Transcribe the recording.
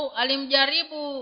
alimjaribu